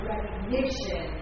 Recognition